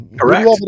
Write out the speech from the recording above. correct